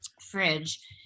fridge